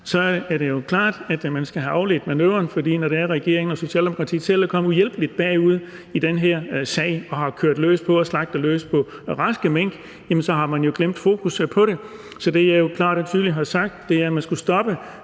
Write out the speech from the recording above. er det jo klart, at man skal have afledt manøvren, for når det er, regeringen og Socialdemokratiet selv er kommet uhjælpeligt bagud i den her sag og har kørt løs på og slagtet løs på raske mink, jamen så har man jo glemt fokusset på det. Det, jeg jo klart og tydeligt har sagt, er, at man skulle stoppe